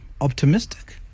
optimistic